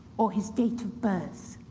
or his date of birth.